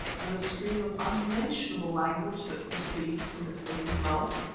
and the stream of unmentionable language that proceeds from its open mouth?